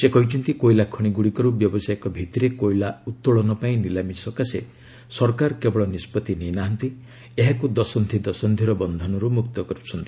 ସେ କହିଛନ୍ତି କୋଇଲା ଖଣି ଗୁଡ଼ିକରୁ ବ୍ୟବସାୟିକ ଭିତ୍ତିରେ କୋଇଲା ଉତ୍ତୋଳନ ପାଇଁ ନିଲାମି ସକାଶେ ସରକାର କେବଳ ନିଷ୍କଭି ନେଇନାହାନ୍ତି ଏହାକୁ ଦଶନ୍ଧି ଦଶନ୍ଧିର ବନ୍ଧନରୁ ମୁକ୍ତ କରୁଛନ୍ତି